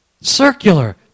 Circular